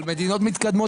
מדינות מתקדמות,